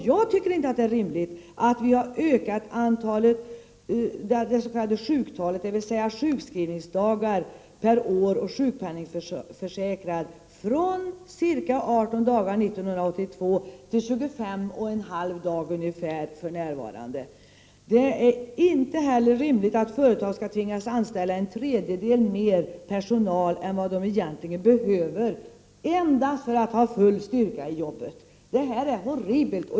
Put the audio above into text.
Jag tycker inte att det är rimligt att vi har ökat det s.k. sjuktalet, dvs. antalet sjukskrivningsdagar per år och sjukpenningförsäkrad person från ca 18 dagar 1982 till ungefär 25 1/2 dag för närvarande. Det är inte heller rimligt att företag skall tvingas anställa en tredjedel mer personal än vad de egentligen behöver, endast för att ha full styrka i arbete. Det här är horribelt!